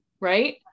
Right